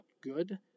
good